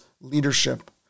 leadership